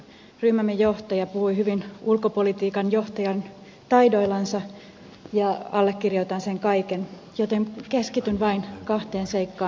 ryhmämme johtaja puhui hyvin ulkopolitiikan johtajan taidoillansa ja allekirjoitan sen kaiken joten keskityn vain kahteen seikkaan